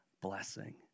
blessing